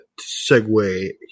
segue